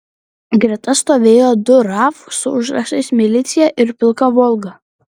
greta stovėjo du raf su užrašais milicija ir pilka volga